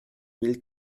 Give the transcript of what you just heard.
mille